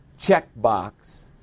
checkbox